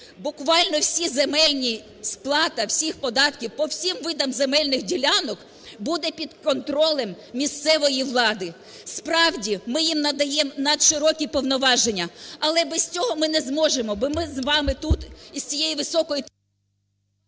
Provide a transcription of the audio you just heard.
буквально всі земельні… сплата всіх податків по всіх видах земельних ділянок буде під контролем місцевої влади. Справді, ми їм надаємо надширокі повноваження, але без цього ми не зможемо, бо ми з вами тут із цієї високої …